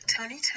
Tony